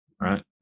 right